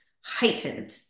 heightened